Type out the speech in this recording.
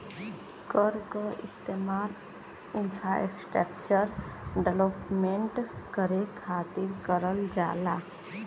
कर क इस्तेमाल इंफ्रास्ट्रक्चर डेवलपमेंट करे खातिर करल जाला